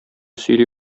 сөйли